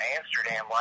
Amsterdam